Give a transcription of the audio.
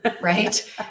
right